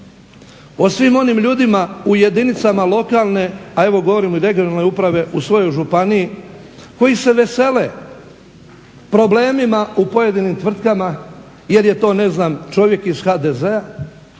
o svim onim ljudima u jedinicama lokalne, a evo govorimo i regionalne uprave u svojoj županiji koji se vesele problemima u pojedinim tvrtkama jer je to ne znam čovjek iz HDZ-a,